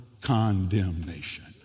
condemnation